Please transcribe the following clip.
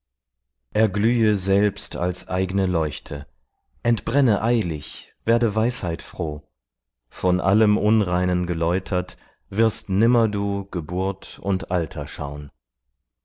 gesorgt erglühe selbst als eigne leuchte entbrenne eilig werde weisheitfroh von allem unreinen geläutert wirst nimmer du geburt und alter schaun